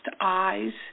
eyes